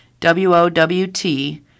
WOWT